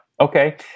Okay